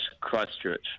Christchurch